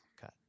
cut